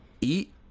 eat